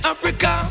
Africa